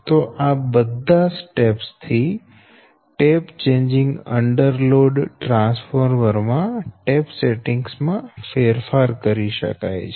તો આ બધા સ્ટેપ્સ થી tap changing under load transformer માં ટેપ સેટિંગ્સ માં ફેરફાર કરી શકાય છે